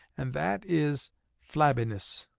and that is flabbiness.